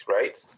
right